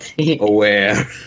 aware